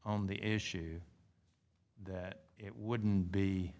on the issue that it wouldn't be